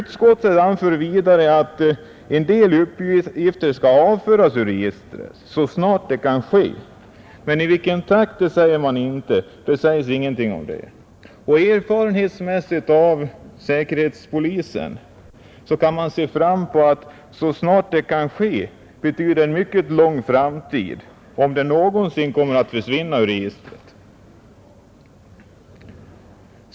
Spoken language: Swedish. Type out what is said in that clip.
Utskottet anför vidare att en del uppgifter skall avföras ur registret ”så snart det kan ske”, men i vilken takt detta skall ske sägs det ingenting om. När det gäller säkerhetspolisen kan man erfarenhetsmässigt anta att ”så snart det kan ske” betyder i en mycket avlägsen framtid, om nu uppgifterna någonsin kommer att försvinna ur registret.